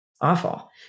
awful